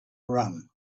run